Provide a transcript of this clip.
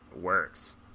works